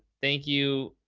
thank you.